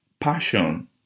passion